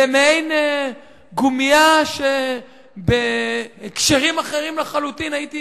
זה מעין גומייה שבהקשרים אחרים לחלוטין הייתי